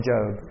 Job